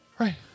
Right